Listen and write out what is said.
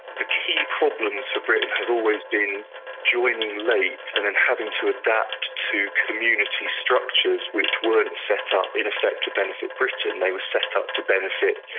the key problems for britain have always been joining late and then having to adapt to community structures which weren't set up in effect to benefit britain, they were set up to benefit,